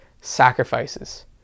sacrifices